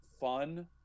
fun